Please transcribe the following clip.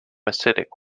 acidic